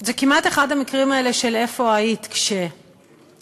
זה כמעט אחד המקרים האלה של "איפה היית כש " ישבתי